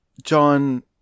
John